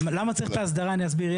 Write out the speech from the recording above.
למה צריכים את האסדרה אני אסביר.